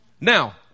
Now